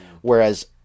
whereas